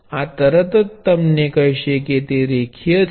આ તરત જ તમને કહેશે કે તે રેખીય છે